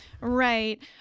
Right